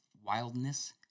wildness